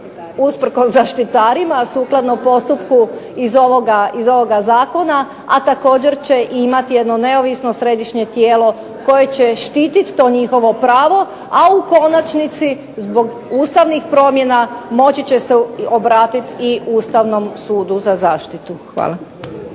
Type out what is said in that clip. usprkos zaštitarima, sukladno postupku iz ovoga zakona, a također će imati jedno neovisno središnje tijelo koje će štititi to njihovo pravo a u konačnici zbog ustavnih promjena moći će se obratiti i ustavnom sudu za zaštitu.